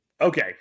Okay